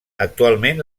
actualment